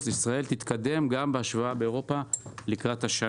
ישראל תתקדם גם בהשוואה לאירופה לקראת 5